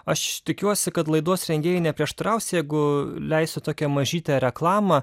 aš tikiuosi kad laidos rengėjai neprieštaraus jeigu leisiu tokią mažytę reklamą